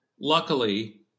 Luckily